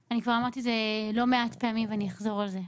אמרתי את זה לא מעט פעמים ואחזור על זה,